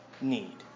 need